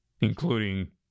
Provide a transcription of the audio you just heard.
Including